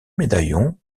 médaillons